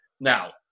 Now